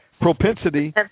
propensity